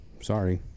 sorry